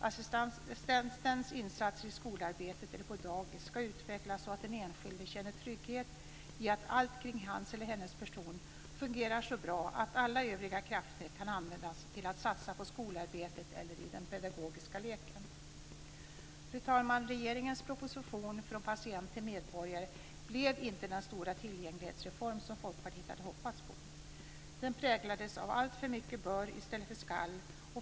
Assistentens insatser i skolarbetet eller på dagis ska utvecklas så att den enskilde känner trygghet i att allt kring hans eller hennes person fungerar så bra att alla övriga krafter kan användas till att satsa på skolarbetet eller i den pedagogiska leken. Fru talman! Regeringens proposition Från patient till medborgare blev inte den stora tillgänglighetsreform som Folkpartiet hade hoppats på. Den präglades av alltför mycket "bör" i stället för "skall".